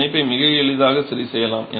பிணைப்பை மிக எளிதாக சரி செய்யலாம்